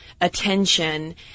attention